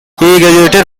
graduated